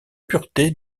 pureté